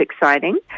exciting